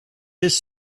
his